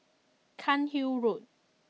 Cairnhill Road